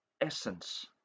essence